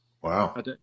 Wow